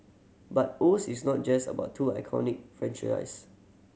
but Oz is not just about two iconic franchises